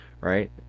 Right